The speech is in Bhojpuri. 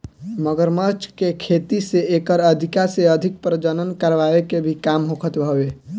मगरमच्छ के खेती से एकर अधिका से अधिक प्रजनन करवाए के भी काम होखत हवे